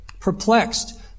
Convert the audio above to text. Perplexed